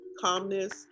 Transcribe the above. calmness